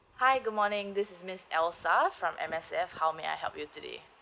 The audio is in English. hi good morning this is miss elsa from M_S_F how may I help you today